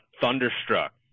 Thunderstruck